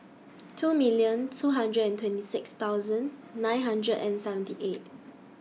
two million two hundred and twenty six thousand nine hundred and seventy eight